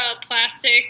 plastic